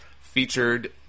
featured